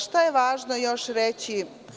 Šta je važno još reći?